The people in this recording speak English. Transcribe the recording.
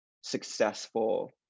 successful